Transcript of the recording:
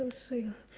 spoon!